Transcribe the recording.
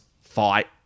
fight